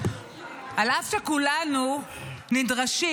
אף שכולנו נדרשים,